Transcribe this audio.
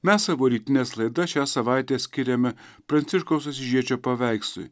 mes savo rytines laidas šią savaitę skiriame pranciškaus asyžiečio paveikslui